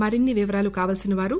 మరిన్ని వివరాలు కావల్సినవారు